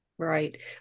Right